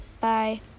bye